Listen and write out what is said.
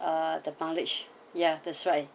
uh the mileage ya that's right